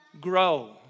grow